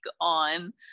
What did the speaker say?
on